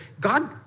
God